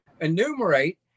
enumerate